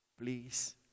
Please